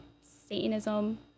Satanism